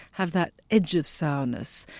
have that edge of sourness.